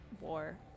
war